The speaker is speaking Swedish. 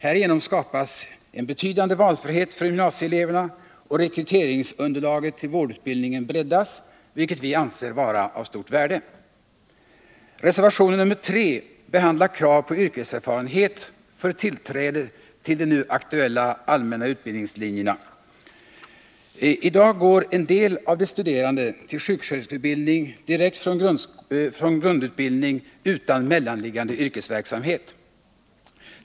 Härigenom skapas en betydande valfrihet för gymnasieeleverna och rekryteringsunderlaget till vårdutbildningen breddas, vilket vi anser vara av stort värde. Reservationen nr 3 behandlar krav på yrkeserfarenhet för tillträde till de nu aktuella allmänna utbildningslinjerna. I dag går en del av de studerande till sjuksköterskeutbildning direkt från grundutbildning utan mellanliggande yrkesverksamhet.